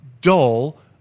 dull